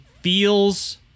feels